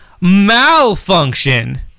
malfunction